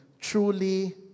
Truly